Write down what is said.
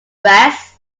breast